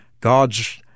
God's